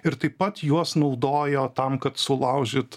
ir taip pat juos naudojo tam kad sulaužyt